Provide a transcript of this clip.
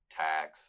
tax